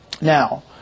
Now